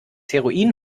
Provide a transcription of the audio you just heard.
heroin